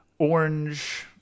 orange